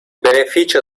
beneficio